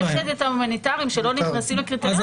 אם אלה טעמים הומניטריים שלא נכנסים לקריטריונים,